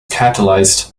catalyzed